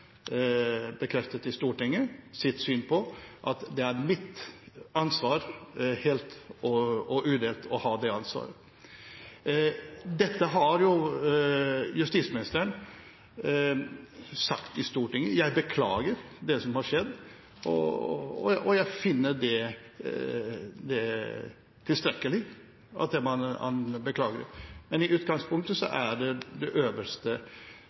bekreftet sitt syn på i Stortinget: Det er mitt ansvar helt og udelt å ha det ansvaret. Dette har justisministeren sagt i Stortinget: Jeg beklager det som har skjedd. Jeg finner det tilstrekkelig at han beklager. Men i utgangspunktet er det øverste leder, i dette tilfellet justisministeren, som har det